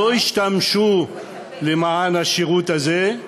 ולא השתמשו בו למען השירות הזה,